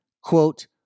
quote